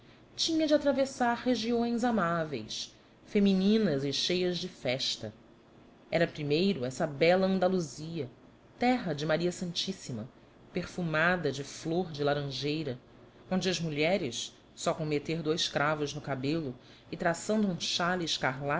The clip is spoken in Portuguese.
tinha de atravessar regiões amáveis femininas e cheias de festa era primeiro essa bela andaluzia terra de maria santíssima perfumada de flor de laranjeira onde as mulheres só com meter dous cravos no cabelo e traçando um xale